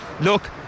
look